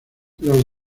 los